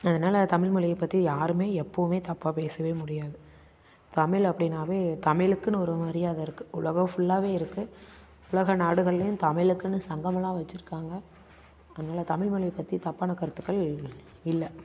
அதனால தமிழ்மொழியை பற்றி யாருமே எப்போவுமே தப்பாக பேசவே முடியாது தமிழ் அப்படின்னாவே தமிழுக்குனு ஒரு மரியாதை இருக்குது உலகம் ஃபுல்லாவே இருக்குது உலக நாடுகள்லையும் தமிழுக்குனு சங்கம்லாம் வச்சிருக்காங்க அதனால தமிழ்மொழி பற்றி தப்பான கருத்துக்கள் இல்லை